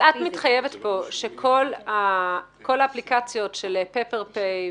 את מתחייבת כאן שכל האפליקציות של פפר-פיי,